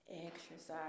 exercise